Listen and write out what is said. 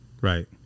Right